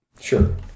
sure